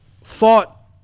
fought